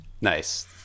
Nice